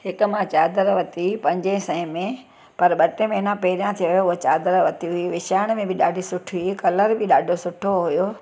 हिकु मां चादर वरिती पंज सौ में पर ॿ टे महीना पहिरा थियो उओ चादर वती हुई विछाइण में बि ॾाढी सुठी हुई कलर बि ॾाढो सुठो हुयो